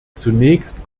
zunächst